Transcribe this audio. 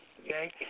okay